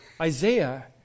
Isaiah